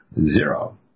Zero